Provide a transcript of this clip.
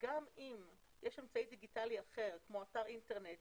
שגם אם יש אמצעי דיגיטלי אחר כמו אתר אינטרנט